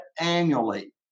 annually